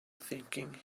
thinking